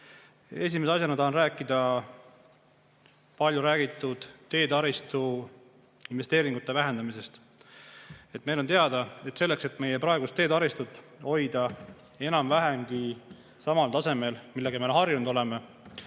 Esimese asjana tahan rääkida paljuräägitud teetaristu investeeringute vähenemisest. Meile on teada, et selleks, et meie praegust teetaristut hoida enam-vähemgi samal tasemel, millega me harjunud oleme,